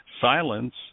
silence